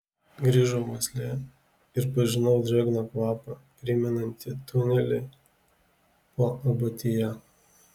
grįžo uoslė ir pažinau drėgną kvapą primenantį tunelį po abatija